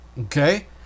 Okay